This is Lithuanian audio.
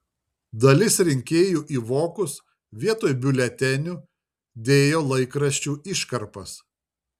dalis rinkėjų į vokus vietoj biuletenių dėjo laikraščių iškarpas